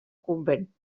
convent